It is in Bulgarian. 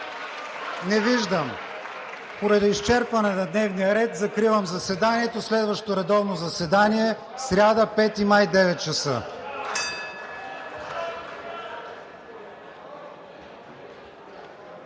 Не виждам. Поради изчерпване на дневния ред закривам заседанието. Следващо редовно заседание в сряда, 5 май 2021